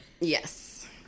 Yes